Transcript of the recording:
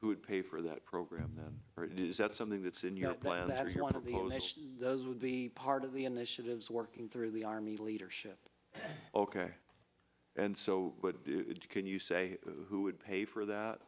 who would pay for that program that it is that something that's in your plan that he does would be part of the initiatives working through the army leadership ok and so can you say who would pay for that